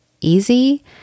easy